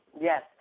Yes